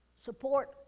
support